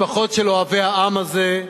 משפחות של אוהבי העם הזה,